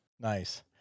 Nice